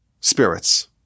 spirits